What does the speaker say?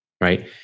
right